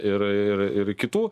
ir ir ir kitų